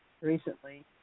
recently